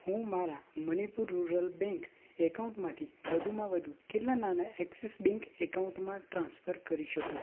હું મારા Manipur rural bank એકાઉન્ટમાંથી વધુમાં વધુ કેટલાં નાણા એક્સિસ બેંક એકાઉન્ટમાં ટ્રાન્સફર કરી શકું